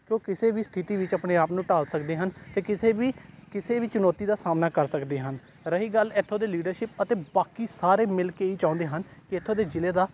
ਕਿ ਉਹ ਕਿਸੇ ਵੀ ਸਥਿਤੀ ਵਿੱਚ ਆਪਣੇ ਆਪ ਨੂੰ ਢਾਲ ਸਕਦੇ ਹਨ ਅਤੇ ਕਿਸੇ ਵੀ ਕਿਸੇ ਵੀ ਚੁਣੌਤੀ ਦਾ ਸਾਹਮਣਾ ਕਰ ਸਕਦੇ ਹਨ ਰਹੀ ਗੱਲ ਇੱਥੋਂ ਦੇ ਲੀਡਰਸ਼ਿਪ ਅਤੇ ਬਾਕੀ ਸਾਰੇ ਮਿਲ ਕੇ ਇਹੀ ਚਾਹੁੰਦੇ ਹਨ ਕਿ ਇੱਥੋਂ ਦੇ ਜ਼ਿਲ੍ਹੇ ਦਾ